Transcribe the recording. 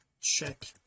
check